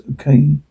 okay